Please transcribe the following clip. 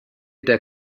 der